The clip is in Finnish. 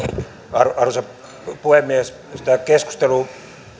arvoisa puhemies minusta tämä keskustelu